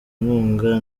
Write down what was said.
inkunga